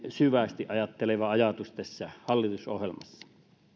syvästi ajatteleva ajatus tässä hallitusohjelmassa